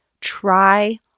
Try